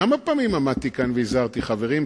כמה פעמים עמדתי כאן והזהרתי: חברים,